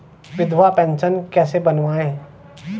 विधवा पेंशन कैसे बनवायें?